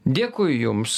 dėkui jums